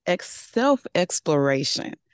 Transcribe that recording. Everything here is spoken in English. self-exploration